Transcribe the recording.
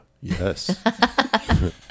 Yes